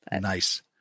Nice